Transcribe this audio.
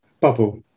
bubble